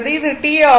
இது T ஆகும்